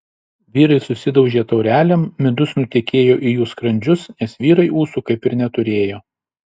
vyrai susidaužė taurelėm midus nutekėjo į jų skrandžius nes vyrai ūsų kaip ir neturėjo